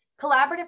Collaborative